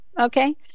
Okay